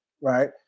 right